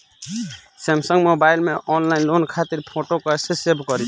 Samsung mobile में online loan खातिर photo कैसे सेभ करीं?